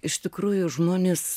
iš tikrųjų žmonės